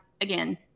again